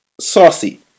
saucy